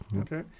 Okay